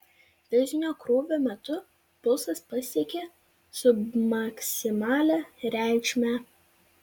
fizinio krūvio metu pulsas pasiekė submaksimalią reikšmę